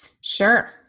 Sure